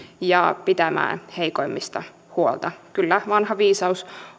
ja pitämään heikoimmista huolta kyllä vanha viisaus